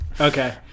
Okay